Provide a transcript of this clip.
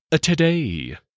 Today